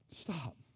Stop